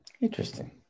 Interesting